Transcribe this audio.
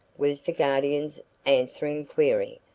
was the guardian's answering query.